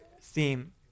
theme